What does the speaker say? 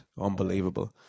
unbelievable